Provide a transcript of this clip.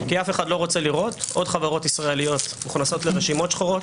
כי אף אחד לא רוצה לראות עוד חברות ישראליות מוכנסות לרשימות שחורות,